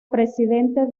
presidente